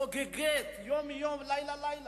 חוגגת יום-יום, לילה-לילה.